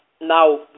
Now